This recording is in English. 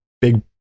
big